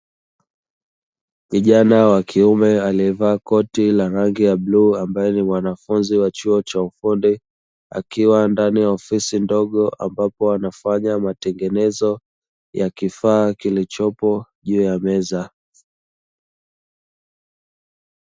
Kijana wa kiume alievaa koti la rangi ya bluu, ambae ni mwanafunzi wa chuo cha ufundi akiwa ndani ya ofisi ndogo, ambapo anafanya matengenezo ya kifaa kilichopo juu ya meza.